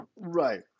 right